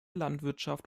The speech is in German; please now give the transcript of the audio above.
landwirtschaft